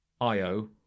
Io